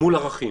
מול ערכים.